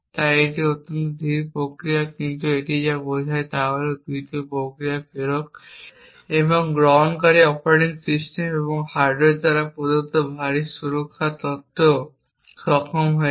তাই এটি একটি অত্যন্ত ধীর প্রক্রিয়া কিন্তু এটি যা বোঝায় তা হল এই 2টি প্রক্রিয়া প্রেরক এবং গ্রহণকারী অপারেটিং সিস্টেম এবং হার্ডওয়্যার দ্বারা প্রদত্ত ভারী সুরক্ষা সত্ত্বেও সক্ষম হয়েছে